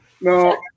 No